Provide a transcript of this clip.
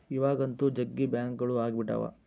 ಇವಾಗಂತೂ ಜಗ್ಗಿ ಬ್ಯಾಂಕ್ಗಳು ಅಗ್ಬಿಟಾವ